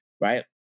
right